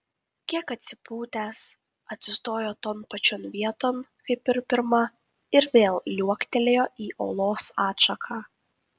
kiek atsipūtęs atsistojo ton pačion vieton kaip ir pirma ir vėl liuoktelėjo į olos atšaką